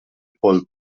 pol